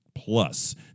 Plus